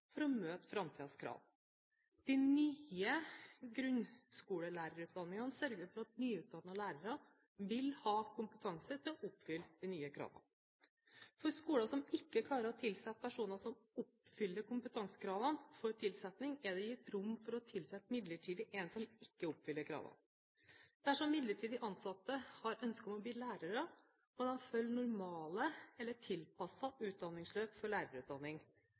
for å møte framtidens krav. De nye grunnskolelærerutdanningene sørger for at nyutdannede lærere vil ha kompetanse til å oppfylle de nye kravene. For skoler som ikke klarer å tilsette personer som oppfyller kompetansekravene for tilsetting, er det gitt rom for å tilsette midlertidig en som ikke oppfyller kravene. Dersom midlertidig ansatte har ønske om å bli lærere, må de følge normale eller tilpassede utdanningsløp for lærerutdanning.